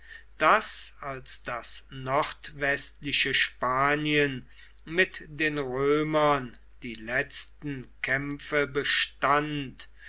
daß als das nordwestliche spanien mit den römern die letzten kämpfe bestand